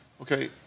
Okay